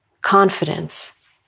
confidence